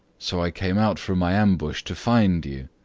so i came out from my ambush to find you,